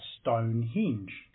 stonehenge